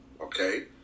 Okay